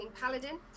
paladin